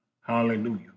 Hallelujah